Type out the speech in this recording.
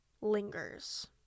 lingers